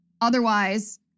Otherwise